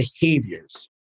behaviors